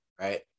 right